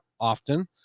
often